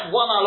one